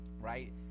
right